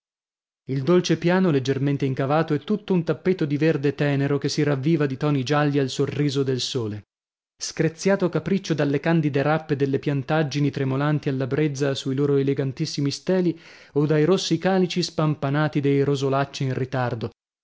il dolce piano leggermente incavato è tutto un tappeto di verde tenero che si ravviva di toni gialli al sorriso del sole screziato a capriccio dalle candide rappe delle piantaggini tremolanti alla brezza sui loro elegantissimi steli o dai rossi calici spampanati dei rosolacci in ritardo